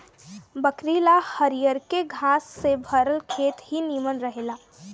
बकरी ला हरियरके घास से भरल खेत ही निमन रहेला